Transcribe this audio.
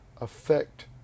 affect